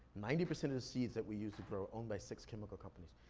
ninety percent of the seeds that we use to grow are owned by six chemical companies.